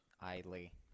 idly